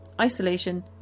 isolation